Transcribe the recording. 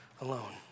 alone